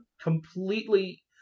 completely